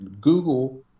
Google